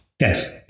yes